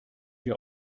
ihr